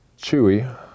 Chewy